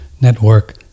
Network